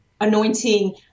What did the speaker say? anointing